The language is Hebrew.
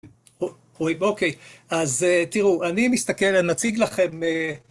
אוקיי, אז תראו, אני מסתכל, אני אציג לכם